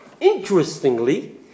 Interestingly